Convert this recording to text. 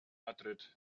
madrid